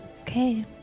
Okay